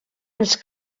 ens